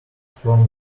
from